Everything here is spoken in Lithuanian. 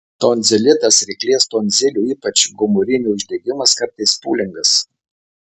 tonzilitas ryklės tonzilių ypač gomurinių uždegimas kartais pūlingas